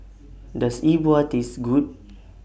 Does E Bua Taste Good